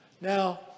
Now